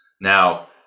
Now